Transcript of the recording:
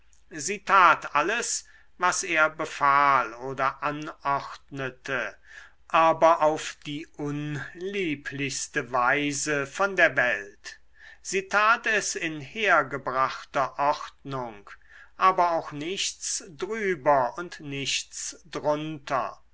tat alles was er befahl oder anordnete aber auf die unlieblichste weise von der welt sie tat es in hergebrachter ordnung aber auch nichts drüber und nichts drunter